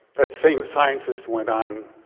that same scientist went on,